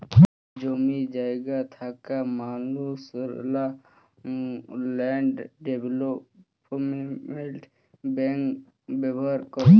জমি জায়গা থ্যাকা মালুসলা ল্যান্ড ডেভলোপমেল্ট ব্যাংক ব্যাভার ক্যরে